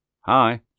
hi